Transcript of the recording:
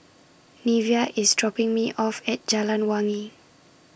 Neveah IS dropping Me off At Jalan Wangi